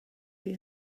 chi